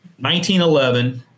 1911